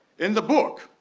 in the book,